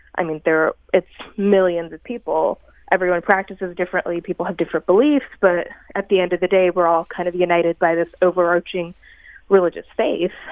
i mean, there are it's millions of people. everyone practices differently. people have different beliefs. but, at the end of the day, we're all kind of united by this overarching religious faith.